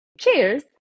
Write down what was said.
Cheers